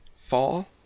fall